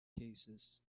cases